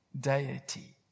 deity